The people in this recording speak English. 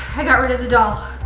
i got rid of the doll.